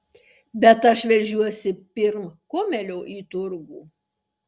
bet aš veržiuosi pirm kumelio į turgų